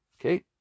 Okay